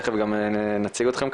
תיכף גם נציג אתכם,